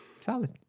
Solid